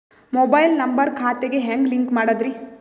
Mobile number ಖಾತೆ ಗೆ ಹೆಂಗ್ ಲಿಂಕ್ ಮಾಡದ್ರಿ?